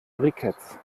briketts